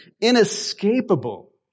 inescapable